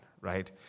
right